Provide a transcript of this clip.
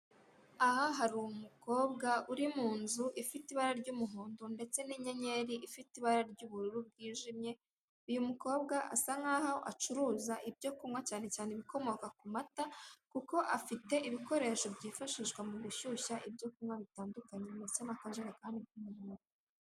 Aha hari umukobwa uri mu nzu ifite ibara ry'umuhondo ndetse n'inyenyeri ifite ibara ry'ubururu bwijimye, uyu mukobwa asa nkaho acuruza ibyo kunywa cyane cyane ibikomoka ku mata kuko afite ibikoresho byifashishwa mu gushyushya ibyo kunywa bitandukanye ndetse n'akajerekani k'umuhondo.